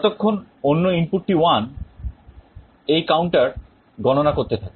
যতক্ষণ অন্য ইনপুট টি 1 এই counter গণনা করতে থাকে